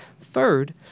Third